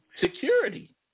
Security